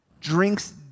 drinks